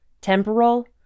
temporal